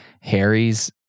Harry's